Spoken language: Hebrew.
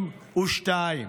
3.72,